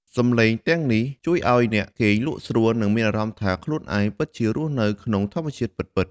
សំឡេងទាំងនេះជួយឱ្យអ្នកគេងលក់ស្រួល និងមានអារម្មណ៍ថាខ្លួនឯងពិតជារស់នៅក្នុងធម្មជាតិពិតៗ។